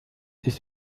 ist